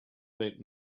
that